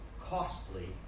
costly